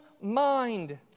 mind